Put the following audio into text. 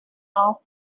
off